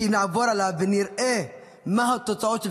שאם נעבור עליו ונראה מה התוצאות,